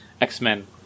X-Men